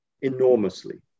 enormously